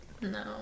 No